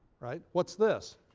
right? what's this?